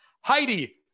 Heidi